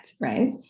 right